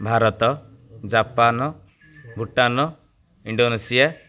Bharat Japan Bhutan Indonesia